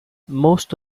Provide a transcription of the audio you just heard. most